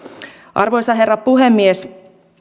arvoisa herra puhemies